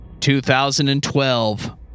2012